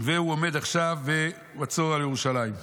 הוא עומד עכשיו במצור על ירושלים.